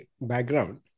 background